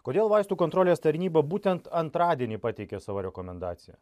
kodėl vaistų kontrolės tarnyba būtent antradienį pateikė savo rekomendaciją